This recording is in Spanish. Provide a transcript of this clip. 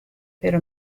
pero